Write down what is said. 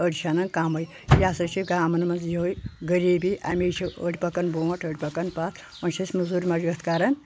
أڑۍ چھِ انان کمٕے یہِ ہسا چھِ گامَن منٛز یِہوے غریٖبی اَمی چھِ أڑۍ پَکان برونٛٹھ أڑۍ پکَان پَتھ وۄنۍ چھِ أسۍ مٔزوٗرۍ مَجوت کران